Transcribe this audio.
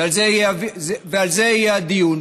ועל זה יהיה הדיון.